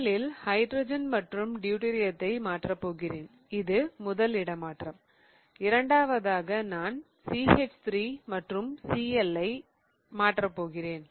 முதலில் ஹைட்ரஜன் மற்றும் டியூட்டீரியத்தை மாற்றப் போகிறேன் இது முதல் இடமாற்றம் இரண்டாவதாக நான் CH3 மற்றும் Cl ஐ மாற்றப் போகிறேன்